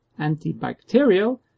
antibacterial